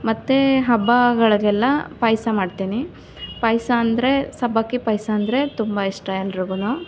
ಮತ್ತೆ ಹಬ್ಬಗಳಿಗೆಲ್ಲ ಪಾಯಸ ಮಾಡ್ತೇನೆ ಪಾಯಸ ಅಂದರೆ ಸಬ್ಬಕ್ಕಿ ಪಾಯಸ ಅಂದರೆ ತುಂಬ ಇಷ್ಟ ಎಲ್ರಿಗೂ